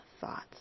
thoughts